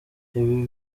ibi